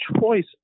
choice